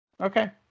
Okay